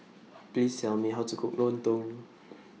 Please Tell Me How to Cook Lontong